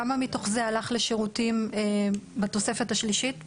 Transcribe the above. כמה מתוך זה הלך לשירותים בתוספת השלישית,